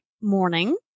morning